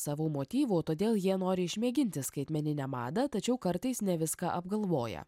savų motyvų todėl jie nori išmėginti skaitmeninę madą tačiau kartais ne viską apgalvoja